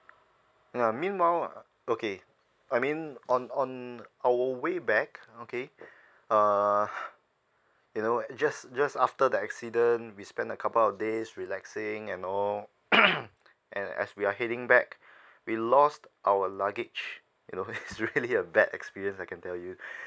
ya meanwhile uh okay I mean on on our way back okay err you know just just after the accident we spend a couple of days relaxing and all and as we are heading back we lost our luggage you know it's really a bad experience I can tell you